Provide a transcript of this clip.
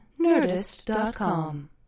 Nerdist.com